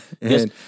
Yes